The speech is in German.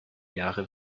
jahre